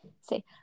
say